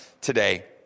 today